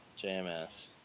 JMS